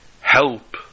help